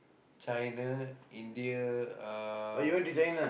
China India uh